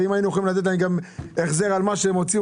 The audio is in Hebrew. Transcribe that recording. ואם היינו יכולים לתת החזר על מה שהם הוציאו,